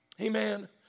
Amen